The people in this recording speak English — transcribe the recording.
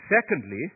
Secondly